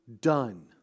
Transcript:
done